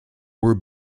were